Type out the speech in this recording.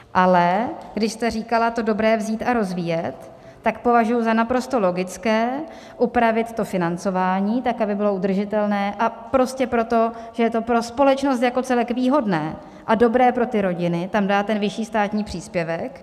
Ale když jste říkala to dobré vzít a rozvíjet, tak považuji za naprosto logické upravit to financování, tak aby bylo udržitelné, prostě proto, že je pro společnost jako celek výhodné a dobré pro ty rodiny tam dát ten vyšší státní příspěvek.